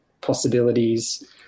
possibilities